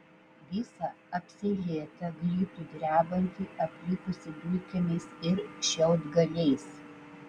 visą apseilėtą glitų drebantį aplipusį dulkėmis ir šiaudgaliais